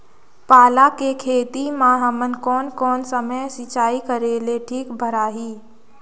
पाला के खेती मां हमन कोन कोन समय सिंचाई करेले ठीक भराही?